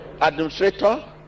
administrator